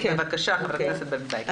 בבקשה ח"כ ברביבאי.